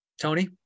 Tony